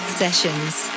sessions